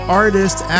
artists